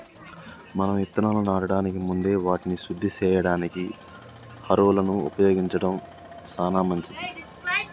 మనం ఇత్తనాలను నాటడానికి ముందే వాటిని శుద్ది సేయడానికి హారొలను ఉపయోగించడం సాన మంచిది